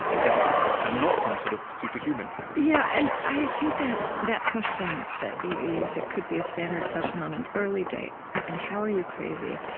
etc, and not some sort of superhuman yeah. and i think that that question that you you said could be a standard question on an early date and how are you crazy?